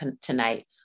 Tonight